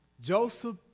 Joseph